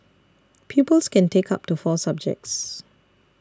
pupils can take up to four subjects